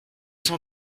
cent